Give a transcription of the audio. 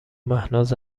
مهناز